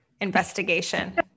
investigation